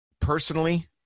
personally